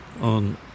on